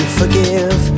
forgive